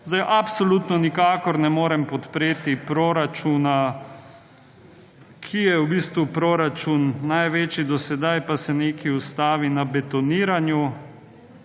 Absolutno nikakor ne morem podpreti proračuna, ki je v bistvu največji proračun do sedaj, pa se nekaj ustavi na betoniranju,